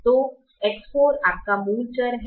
तो X4 आपका मूल चर है